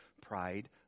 pride